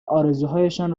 آرزوهایشان